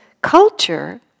culture